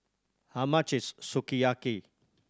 how much is Sukiyaki